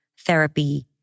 therapy